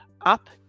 up